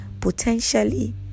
potentially